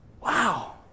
wow